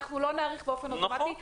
אנחנו לא נאריך באופן אוטומטי,